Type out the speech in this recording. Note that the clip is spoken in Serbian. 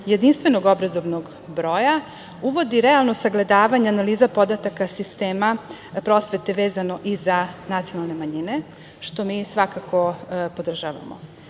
jedinstvenog obrazovnog broja uvodi realno sagledavanje analize podataka sistema prosvete vezano i za nacionalne manjine, što mi svakako podržavamo. Da